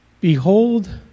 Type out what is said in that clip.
behold